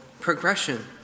progression